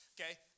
Okay